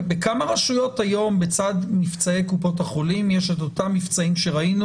בכמה רשויות היום בצד מבצעי קופות החולים יש את אותם מבצעים שראינו?